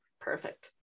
perfect